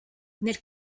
nel